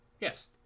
yes